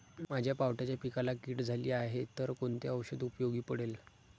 माझ्या पावट्याच्या पिकाला कीड झाली आहे तर कोणते औषध उपयोगी पडेल?